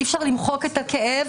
אי-אפשר למחוק את הכאב,